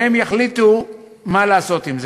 והם יחליטו מה לעשות עם זה.